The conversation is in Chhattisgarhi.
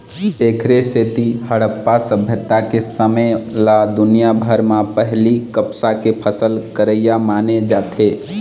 एखरे सेती हड़प्पा सभ्यता के समे ल दुनिया भर म पहिली कपसा के फसल करइया माने जाथे